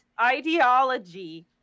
ideology